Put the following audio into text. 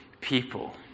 people